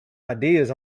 ideas